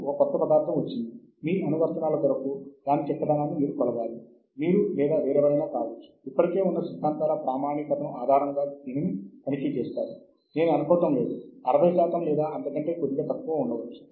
మా విద్యాసంస్థ కి అందుబాటులో ఉన్నఅన్ని మూలాలను మేము ఇండెస్ట్ ద్వారా పొందగలము